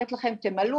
אומרת לכם תמלאו,